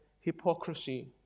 hypocrisy